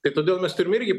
kai todėl mes turim irgi